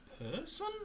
Person